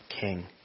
king